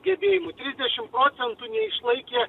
gebėjimų trisdešim procentų neišlaikė